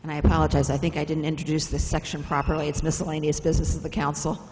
and i apologize i think i didn't introduce this section properly it's miscellaneous business of the council